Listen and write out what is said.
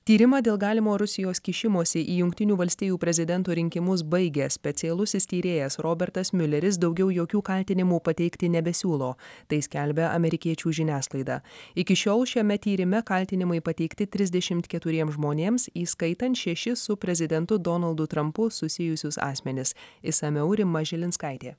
tyrimą dėl galimo rusijos kišimosi į jungtinių valstijų prezidento rinkimus baigė specialusis tyrėjas robertas miuleris daugiau jokių kaltinimų pateikti nebesiūlo tai skelbia amerikiečių žiniasklaida iki šiol šiame tyrime kaltinimai pateikti trisdešimt keturiems žmonėms įskaitant šešis su prezidentu donaldu trampu susijusius asmenis išsamiau rima žilinskaitė